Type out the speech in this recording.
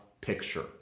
picture